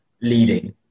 leading